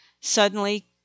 Suddenly